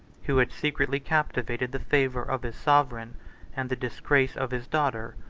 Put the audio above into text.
who had secretly captivated the favor of his sovereign and the disgrace of his daughter,